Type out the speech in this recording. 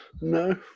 No